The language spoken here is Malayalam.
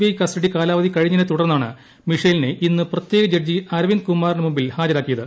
ഐ കസ്റ്റഡി കാലാവധി കഴിഞ്ഞതിനെത്തുടർന്നാണ് മിഷേലിനെ ഇന്ന് പ്രത്യേക ജഡ്ജി അരവിന്ദ് കുമാറിന് മുമ്പിൽ ഹാജരാക്കിയത്